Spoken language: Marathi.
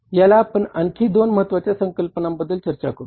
आता आपण आणखी दोन महत्त्वाच्या संकल्पनांबद्दल चर्चा करू